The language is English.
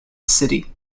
city